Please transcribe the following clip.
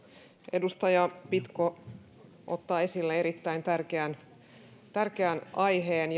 edustaja pitko ottaa esille erittäin tärkeän tärkeän aiheen